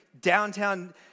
downtown